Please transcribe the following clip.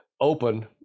open